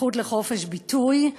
היא הזכות לחופש ביטוי.